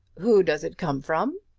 who does it come from?